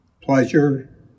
pleasure